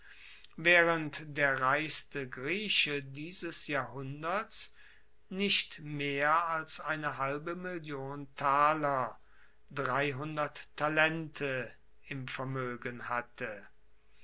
waehrend der reichste grieche dieses jahrhunderts nicht mehr als eine halbe million taler im vermoegen hatte